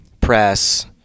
press